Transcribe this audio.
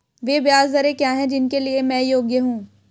वे ब्याज दरें क्या हैं जिनके लिए मैं योग्य हूँ?